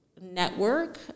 network